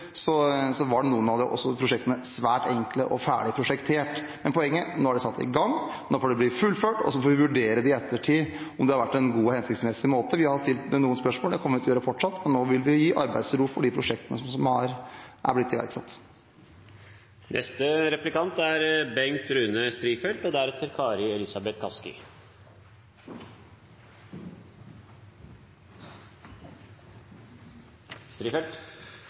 så får vi vurdere i ettertid om det har vært en god og hensiktsmessig måte. Vi har stilt noen spørsmål. Det kommer vi fortsatt til å gjøre, men nå vil vi gi arbeidsro for de prosjektene som er blitt iverksatt. I mai 2017 sa Trygve Slagsvold Vedum følgende: «Statsminister Erna Solberg har styrt den mest sentraliserende regjeringen dette landet noen gang har sett.» Det var en tung og